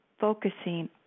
focusing